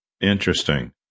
Interesting